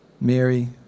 Mary